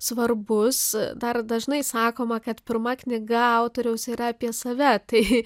svarbus dar dažnai sakoma kad pirma knyga autoriaus yra apie save tai